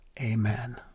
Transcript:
Amen